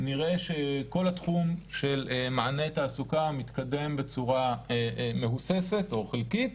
נראה שכל התחום של מענה תעסוקה מתקדם בצורה מהוססת או חלקית,